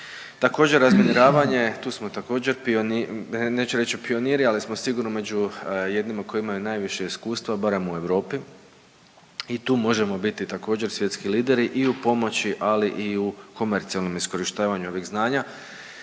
Također razminiravanje, tu smo također pioniri, neću reći pioniri ali smo sigurno među jednima koji imaju najviše iskustva, barem u Europi i tu možemo biti također svjetski lideri i u pomoći ali i u komercijalnom iskorištavanju ovih znanja